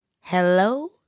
Hello